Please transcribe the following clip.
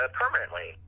permanently